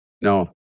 No